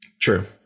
True